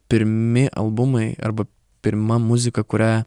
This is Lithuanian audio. pirmi albumai arba pirma muzika kurią